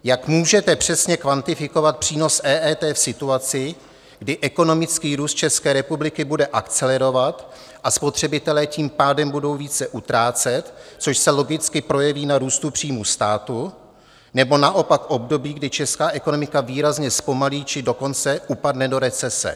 Jak můžete přesně kvantifikovat přínos EET v situaci, kdy ekonomický růst České republiky bude akcelerovat a spotřebitelé tím pádem budou více utrácet, což se logicky projeví na růstu příjmů státu, nebo naopak v období, kdy česká ekonomika výrazně zpomalí, či dokonce upadne do recese?